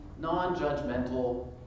non-judgmental